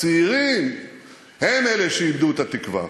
הצעירים הם אלה שאיבדו את התקווה.